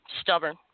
stubborn